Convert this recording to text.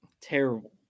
Terrible